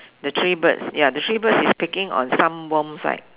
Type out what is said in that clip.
the three birds ya the the three birds is picking on some worms right